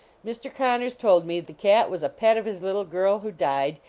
mr. connors told me the cat was a pet of his little girl who died,